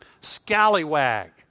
Scallywag